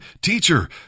Teacher